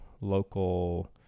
local